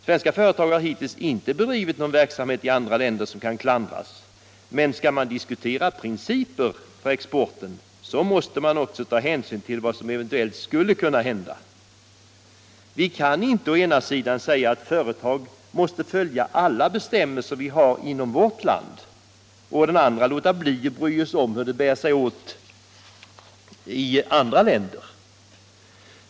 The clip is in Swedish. Svenska företag har hittills inte bedrivit någon verksamhet i andra länder som kan klandras, men skall man diskutera principer för exporten måste man ta hänsyn till vad som eventuellt skulle kunna hända. Vi kan inte å ena sidan säga att företag måste följa alla bestämmelser som vi har inom vårt land och å andra sidan låta bli att bry oss om hur de bär sig åt i andra länder.